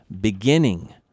beginning